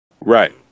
Right